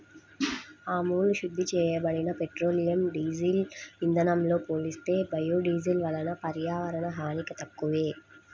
మామూలు శుద్ధి చేయబడిన పెట్రోలియం, డీజిల్ ఇంధనంతో పోలిస్తే బయోడీజిల్ వలన పర్యావరణ హాని తక్కువే